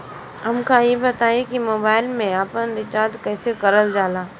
हमका ई बताई कि मोबाईल में आपन रिचार्ज कईसे करल जाला?